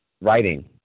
writing